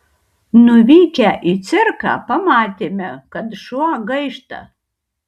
nuvykę į cirką pamatėme kad šuo gaišta